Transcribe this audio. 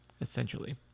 essentially